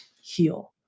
heal